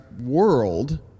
world